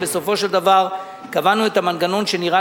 ובסופו של דבר קבענו את המנגנון שנראה